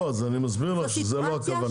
לא, אז אני מסביר לך שזו לא הכוונה.